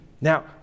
Now